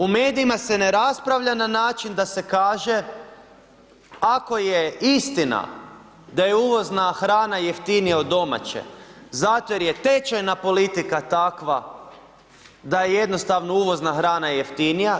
U medijima se ne raspravlja na način da se kaže ako je istina da je uvozna hrana jeftinija od domaće zato jer je tečajna politika takva da je jednostavno uvozna hrana jeftinija.